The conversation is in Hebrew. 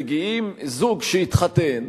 מגיע זוג שהתחתן.